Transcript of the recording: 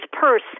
purse